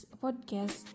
podcast